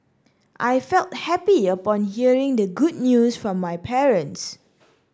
I felt happy upon hearing the good news from my parents